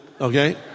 Okay